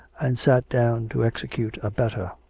and sat down to execute a better.